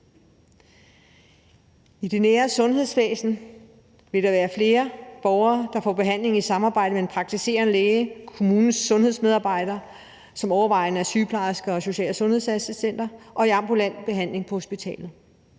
I det nære sundhedsvæsen vil der være flere borgere, der får behandling i samarbejde med en praktiserende læge og kommunens sundhedsmedarbejdere, som overvejende er sygeplejersker og social- og sundhedsassistenter, og i ambulant behandling på hospitalet.